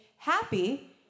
Happy